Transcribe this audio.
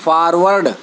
forward